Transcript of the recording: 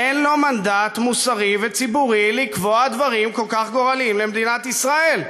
אין לו מנדט מוסרי וציבורי לקבוע דברים כל כך גורליים למדינת ישראל,